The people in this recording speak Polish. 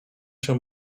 się